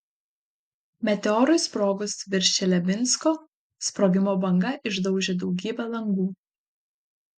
meteorui sprogus virš čeliabinsko sprogimo banga išdaužė daugybę langų